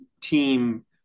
team